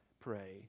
pray